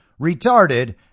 retarded